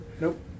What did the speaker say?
Nope